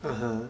(uh huh)